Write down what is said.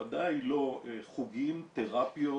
בוודאי לא חוגים, תראפיות